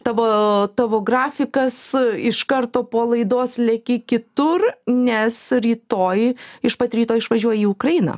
tavo tavo grafikas iš karto po laidos leki kitur nes rytoj iš pat ryto išvažiuoji į ukrainą